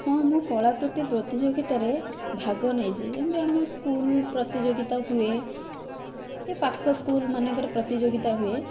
ହଁ ମୁଁ କଳାକୃତି ପ୍ରତିଯୋଗିତାରେ ଭାଗ ନେଇଛି ଯେମିତି ସ୍କୁଲ୍ ପ୍ରତିଯୋଗିତା ହୁଏ ଏ ପାଖ ସ୍କୁଲ୍ମାନଙ୍କରେ ପ୍ରତିଯୋଗିତା ହୁଏ